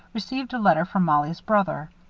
received a letter from mollie's brother.